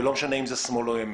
ולא משנה אם זה שמאל או ימין.